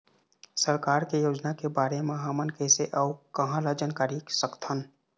सरकार के योजना के बारे म हमन कैसे अऊ कहां ल जानकारी सकथन?